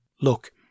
Look